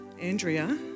Andrea